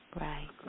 right